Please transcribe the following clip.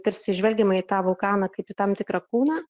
tarsi žvelgiama į tą vulkaną kaip į tam tikrą kūną